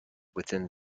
within